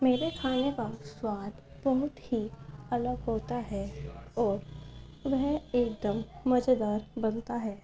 میرے کھانے کا سواد بہت ہی الگ ہوتا ہے اور وہ ایک دم مزیدار بنتا ہے